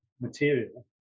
material